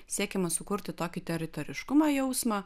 siekiama sukurti tokį teritoriškumo jausmą